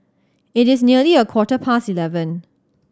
it is nearly a quarter past eleven